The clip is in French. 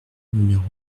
numéro